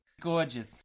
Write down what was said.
Gorgeous